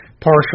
partial